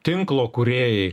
tinklo kūrėjai